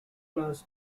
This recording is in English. class